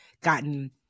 gotten